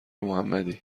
محمدی